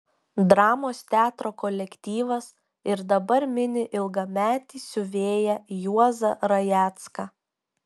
dramos teatro kolektyvas ir dabar mini ilgametį siuvėją juozą rajecką